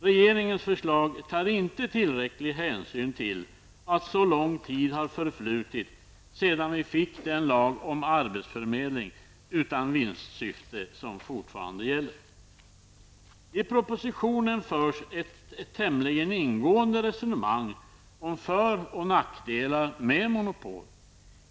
Regeringens förslag tar inte tillräcklig hänsyn till att så lång tid har förflutit sedan vi fick den lag om arbetsförmedling utan vinstsyfte som fortfarande gäller. I propositionen förs ett tämligen ingående resonemang om för och nackdelar med monopol.